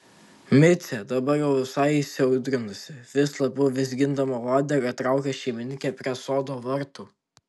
micė dabar jau visai įsiaudrinusi vis labiau vizgindama uodegą traukia šeimininkę prie sodo vartų